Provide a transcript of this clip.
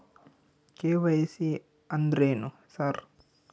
KYC ಅಂದ್ರೇನು sir?